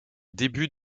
début